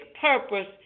purpose